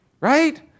Right